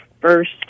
First